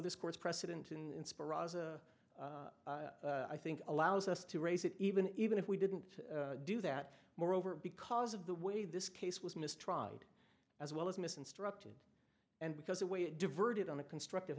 this court's precedent in i think allows us to raise it even even if we didn't do that moreover because of the way this case was mis tried as well as miss instructed and because the way it diverted on a constructive